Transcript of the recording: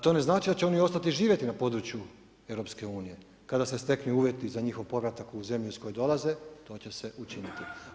To ne znači da će oni ostati živjeti na području EU kada se steknu uvjeti za njihov povratak u zemlju iz koje dolaze, to će se učiniti.